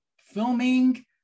filming